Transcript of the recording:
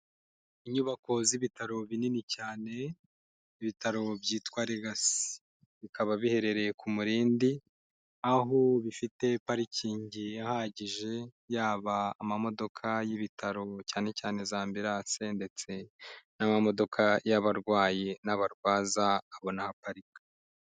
Inyubako z'ibitaro binini cyane ibitaro byitwa Legas, bikaba biherereye ku Murindi, aho bifite parikingi ihagije yaba amamodoka y'ibitaro cyane cyane z'ambilance ndetse n'amamodoka y'abarwayi n'abarwaza abona aho aparika.